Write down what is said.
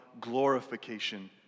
glorification